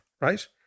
right